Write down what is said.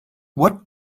what